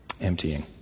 emptying